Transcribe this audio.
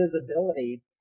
visibility